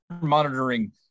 monitoring